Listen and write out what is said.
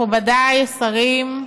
מכובדי, שרים,